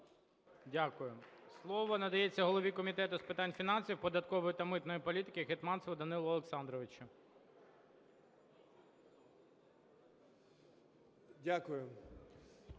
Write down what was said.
Слово надається голові Комітету з питань фінансів, податкової та митної політики Гетманцеву Данилу Олександровичу.